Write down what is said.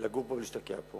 לגור פה ולהשתקע פה